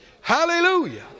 Hallelujah